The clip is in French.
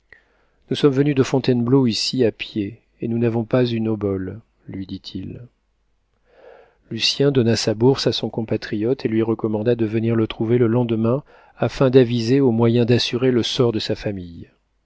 nous sommes venus de fontainebleau ici à pied et nous n'avons pas une obole lui dit-il lucien donna sa bourse à son compatriote et lui recommanda de venir le trouver le lendemain afin d'aviser aux moyens d'assurer le sort de sa famille